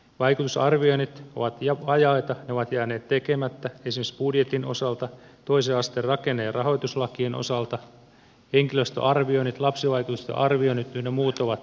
vaikutusarvioinnit ovat vajaita ne ovat jääneet tekemättä esimerkiksi budjetin osalta ja toisen asteen rakenne ja rahoituslakien osalta henkilöstöarvioinnit lapsivaikutusten arvioinnit ynnä muut ovat tekemättä